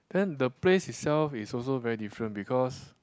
then the place itself is also very different because